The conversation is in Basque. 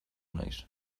naiz